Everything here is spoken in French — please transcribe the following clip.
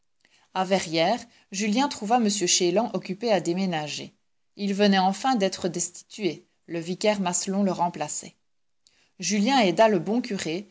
a verrières julien trouva m chélan occupé à déménager il venait enfin d'être destitué le vicaire maslon le remplaçait julien aida le bon curé